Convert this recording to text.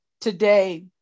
today